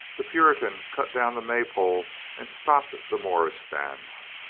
the puritan cut down the may-pole and stopped the morris dance.